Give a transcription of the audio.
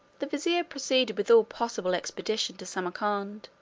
the vizier proceeded with all possible expedition to samarcand.